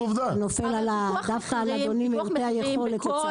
נופל דווקא על מעוטי היכולת לצערנו.